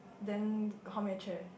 then come and chat